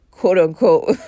quote-unquote